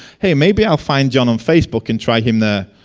hey maybe i'll find you on on facebook and try him there.